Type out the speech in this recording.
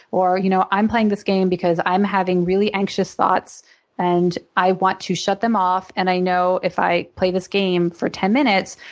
or you know i'm playing this game because i'm having really anxious thoughts and i want to shut them off and i know if i play this game for ten minutes,